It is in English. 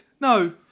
No